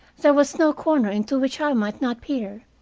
there was no corner into which i might not peer,